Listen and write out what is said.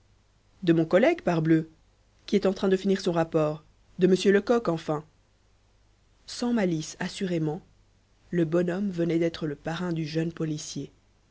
de mon collègue parbleu qui est en train de finir son rapport de monsieur lecoq enfin sans malice assurément le bonhomme venait d'être le parrain du jeune policier